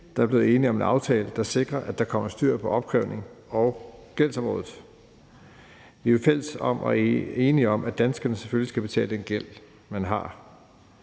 er blevet enige om en aftale, der sikrer, at der kommer styr på opkrævnings- og gældsområdet. Vi er jo enige om, at danskerne selvfølgelig skal betale den gæld, de har.